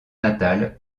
natal